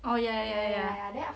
orh ya ya ya ya ya